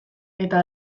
eta